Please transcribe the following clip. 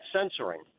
censoring